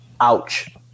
ouch